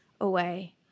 away